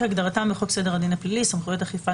כהגדרתם בחוק סדר הדין הפלילי (סמכויות אכיפה,